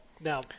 Now